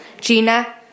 Gina